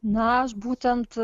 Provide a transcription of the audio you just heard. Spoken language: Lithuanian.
na aš būtent